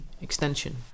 extension